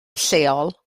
lleol